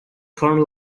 current